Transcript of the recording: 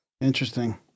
Interesting